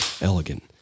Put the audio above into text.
elegant